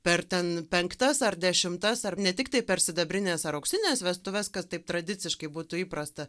per ten penktas ar dešimtas ar ne tiktai per sidabrines ar auksines vestuves kas taip tradiciškai būtų įprasta